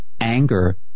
anger